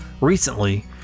recently